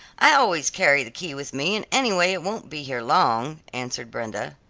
i always carry the key with me, and anyway it won't be here long, answered brenda.